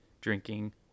drinking